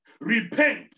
Repent